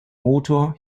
motor